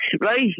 right